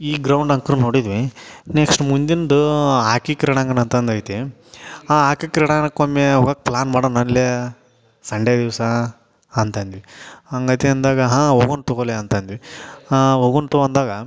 ಈ ಗ್ರೌಂಡಂಕ್ರು ನೋಡಿದ್ವಿ ನೆಕ್ಸ್ಟ್ ಮುಂದಿಂದು ಆಕಿ ಕ್ರೀಡಾಂಗಣ ಅಂತ ಒಂದೈತಿ ಆ ಆಕಿ ಕ್ರೀಡಾಂಗಣಕ್ಕೊಮ್ಮೆ ಹೋಗ್ಕೆ ಪ್ಲ್ಯಾನ್ ಮಾಡೋಣ ನಡ್ಲೇ ಸಂಡೇ ದಿವಸ ಅಂತ ಅಂದ್ವಿ ಹಂಗಂತ ಅಂದಾಗ ಹಾಂ ಹೋಗೋಣ ತೊಗೋಲೆ ಅಂತ ಅಂದ್ವಿ ಹಾಂ ಹೋಗೋಣ ತೊಗೋ ಅಂದಾಗ